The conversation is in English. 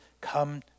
come